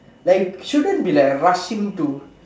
like shouldn't be like rushing to